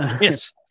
Yes